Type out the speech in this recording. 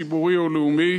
ציבורי או לאומי,